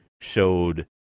showed